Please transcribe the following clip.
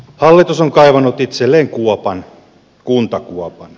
hallitus on kaivanut itselleen kuopan kuntakuopan